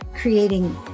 creating